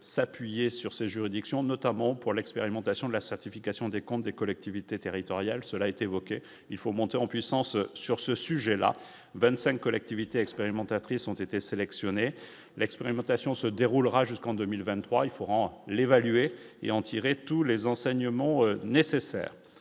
s'appuyer sur ces juridictions, notamment pour l'expérimentation de la certification des comptes des collectivités territoriales, cela est évoqué, il faut monter en puissance sur ce sujet-là, 25 collectivités expérimentatrice ont été sélectionnés l'expérimentation se déroulera jusqu'en 2023 faut en l'évaluer et en tirer tous les enseignements nécessaires